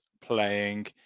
playing